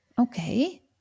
Okay